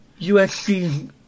USC